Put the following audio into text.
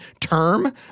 term